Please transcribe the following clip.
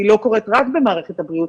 היא לא קורית רק במערכת הבריאות,